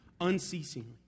unceasingly